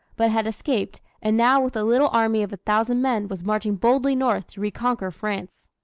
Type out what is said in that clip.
but had escaped, and now with a little army of a thousand men was marching boldly north to reconquer france.